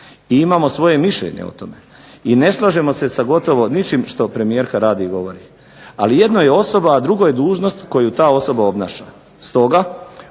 i imamo svoje mišljenje o tome, i ne slažemo se sa gotovo ničim što premijerka radi i govori, ali jedno je osoba a drugo je dužnost koju ta osoba obnaša. Stoga